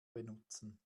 benutzen